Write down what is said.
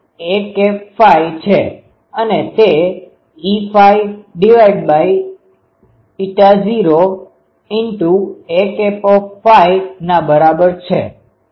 તેથી તે Hϕ H a છે અને તે E૦ a ના બરાબર છે